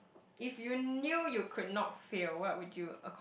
if you knew you could not fail what would you accom~